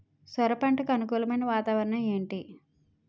సొర పంటకు అనుకూలమైన వాతావరణం ఏంటి?